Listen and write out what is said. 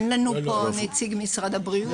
אין לנו נציג משרד הבריאות.